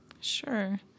Sure